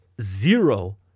zero